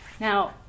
Now